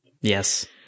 yes